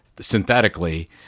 synthetically